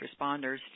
responders